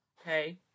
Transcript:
okay